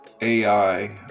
AI